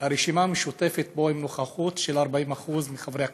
הרשימה המשותפת פה עם נוכחות של 40% מחברי הכנסת,